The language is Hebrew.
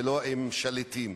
ולא עם שליטים.